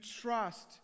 trust